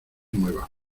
mueva